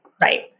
Right